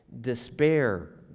despair